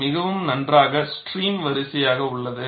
இது மிகவும் நன்றாக ஸ்ட்ரீம் வரிசையாக உள்ளது